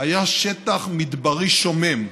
היה שטח מדברי שומם.